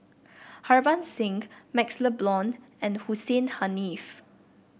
Harbans Singh MaxLe Blond and Hussein Haniff